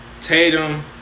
Tatum